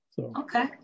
Okay